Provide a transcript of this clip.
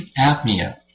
apnea